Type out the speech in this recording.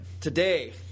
today